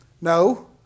No